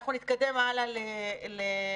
אנחנו נתקדם הלאה לצבא.